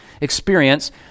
experience